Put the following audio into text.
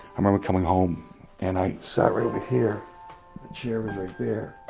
i remember coming home and i sat right over here, the chair was right there.